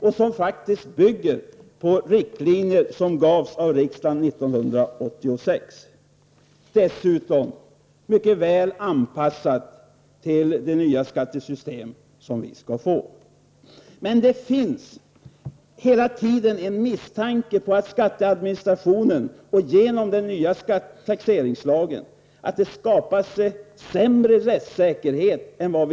Vidare bygger detta arbete på de riktlinjer som beslutades av riksdagen 1986. Det här är dessutom mycket väl anpassat till det nya skattesystem som vi skall få. Men hela tiden finns misstanken att rättssäkerheten kommer att försämras till följd av skatteadministrationen i samband med den nya taxeringslagen jämfört med vad som gäller i dag.